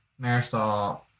Marisol